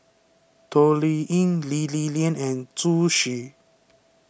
Toh Liying Lee Li Lian and Zhu Xu